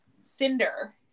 Cinder